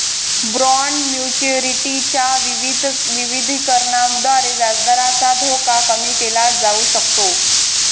bond maturity च्या विविधीकरणाद्वारे व्याजदराचा धोका कमी केला जाऊ शकतो